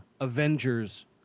Avengers